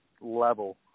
level